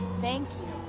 thank you.